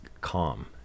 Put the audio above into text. calm